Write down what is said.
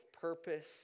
purpose